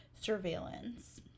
surveillance